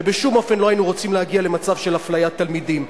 ובשום אופן לא היינו רוצים להגיע למצב של אפליית תלמידים.